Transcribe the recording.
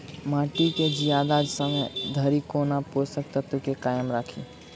माटि केँ जियादा समय धरि कोना पोसक तत्वक केँ कायम राखि?